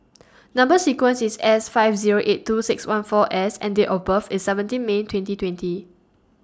Number sequence IS S five Zero eight two six one four S and Date of birth IS seventeen May twenty twenty